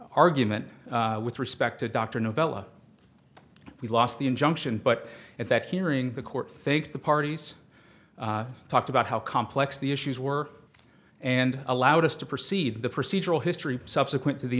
argument with respect to dr novella we lost the injunction but at that hearing the court think the parties talked about how complex the issues were and allowed us to proceed the procedural history subsequent to the